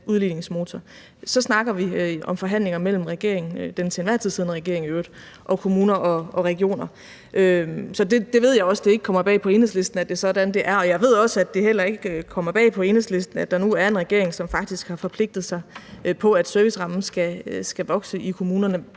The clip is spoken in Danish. udligningsmotor, snakker vi om forhandlinger mellem regeringen, den til enhver tid siddende regering i øvrigt, og kommuner og regioner. Jeg ved, at det ikke kommer bag på Enhedslisten, at det er sådan, det er, og jeg ved også, at det heller ikke kommer bag på Enhedslisten, at der nu er en regering, som faktisk har forpligtet sig på, at servicerammen skal vokse i kommunerne.